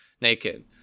naked